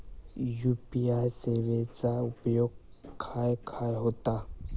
UPI सेवेचा उपयोग खाय खाय होता?